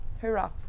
hoorah